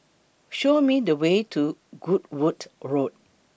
Show Me The Way to Goodwood Road